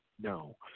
No